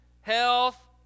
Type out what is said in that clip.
health